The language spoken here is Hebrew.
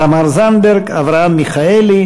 תמר זנדברג, אברהם מיכאלי